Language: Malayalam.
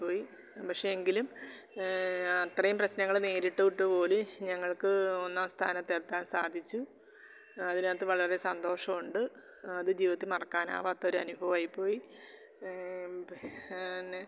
പോയി പക്ഷേ എങ്കിലും അത്രയും പ്രശ്നങ്ങൾ നേരിട്ടിട്ട് പോലും ഞങ്ങൾക്ക് ഒന്നാം സ്ഥാനത്ത് എത്താൻ സാധിച്ചു അതിനകത്ത് വളരെ സന്തോഷം ഉണ്ട് അത് ജീവിതത്തിൽ മറക്കാനാവാത്ത ഒരു അനുഭവം ആയിപ്പോയി പിന്നെ